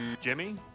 Jimmy